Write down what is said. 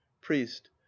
priest